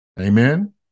Amen